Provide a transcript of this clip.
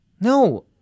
No